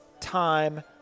time